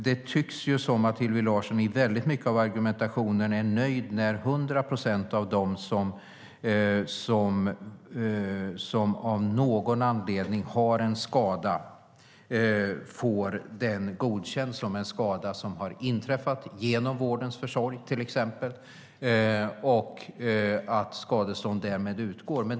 Det tycks som att Hillevi Larsson, enligt mycket av argumentationen, är nöjd först när hundra procent av dem som av någon anledning har en skada får den godkänd som skada som inträffat till exempel på grund av vårdens försumlighet och att skadestånd därmed ska utgå.